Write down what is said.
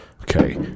Okay